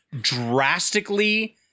drastically